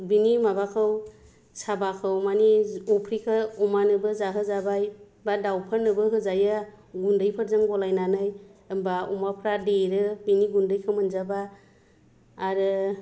बिनि माबाखौ साबाखौ माने अफ्रिखो अमानोबो जाहोजाबाय बा दाउफोरनोबो होजायो गुन्दैफोरजों गलायनानै होमबा अमाफ्रा देरो बेनि गुन्दैखौ मोनजाबा आरो